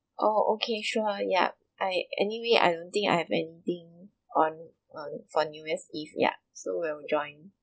oh okay sure yup I anyway I don't think I have anything on on for new year's eve yup so we'll join